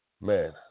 man